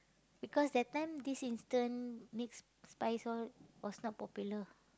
because that time this instant mix spice all was not popular